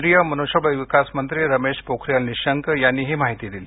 केंद्रीय मनुष्यबळ विकास मंत्री रमेश पोखरियाल निशंक यांनी ही माहिती दिली